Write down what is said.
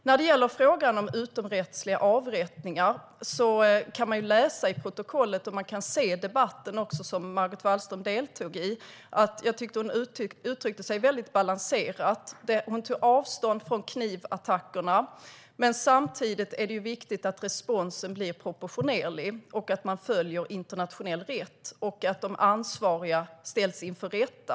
När det gäller utomrättsliga avrättningar kan man läsa i protokollet från och även titta på den debatt som Margot Wallström deltog i. Jag tycker att hon uttryckte sig väldigt balanserat. Hon tog avstånd från knivattackerna. Men det är samtidigt viktigt att responsen blir proportionerlig. Internationell rätt ska följas, och de ansvariga ska ställas inför rätta.